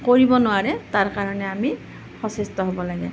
কৰিব নোৱাৰে তাৰ কাৰণে আমি সচেষ্ট হ'ব লাগে